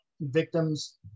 victims